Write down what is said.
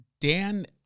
Dan